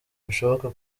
bishoboka